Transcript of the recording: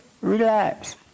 relax